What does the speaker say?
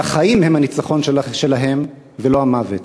והחיים הם הניצחון שלהם, ולא המוות.